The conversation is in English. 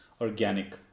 organic